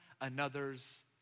another's